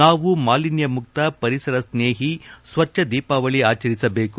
ನಾವು ಮಾಲಿನ್ಯಮುಕ್ತ ಪರಿಸರಸ್ನೇಹಿ ಸ್ವಚ್ಚ ದೀಪಾವಳಿ ಆಚರಿಸಬೇಕು